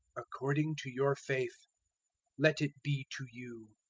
according to your faith let it be to you.